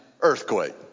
earthquake